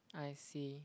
I see